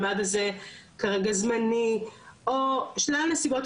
או שלל נסיבות אחרות שבגינן אנחנו לא יכולים להעביר את הכספים,